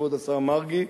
כבוד השר מרגי,